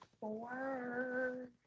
four